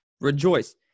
Rejoice